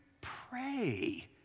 pray